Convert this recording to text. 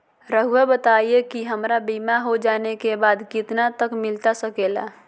रहुआ बताइए कि हमारा बीमा हो जाने के बाद कितना तक मिलता सके ला?